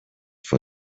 for